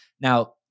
Now